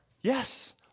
Yes